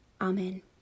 Amen